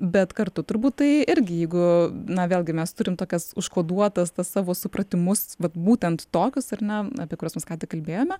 bet kartu turbūt tai irgi jeigu na vėlgi mes turim tokias užkoduotas tas savo supratimus vat būtent tokius ar ne apie kuriuos mes ką tik kalbėjome